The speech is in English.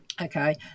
Okay